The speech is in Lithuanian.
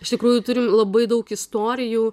iš tikrųjų turiu labai daug istorijų